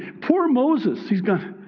poor moses. he's going,